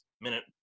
minute